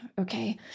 okay